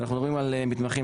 אנחנו מדברים על מתמחים.